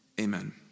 Amen